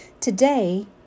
Today